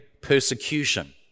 persecution